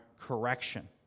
correction